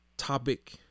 topic